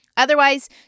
Otherwise